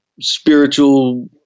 spiritual